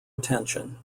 attention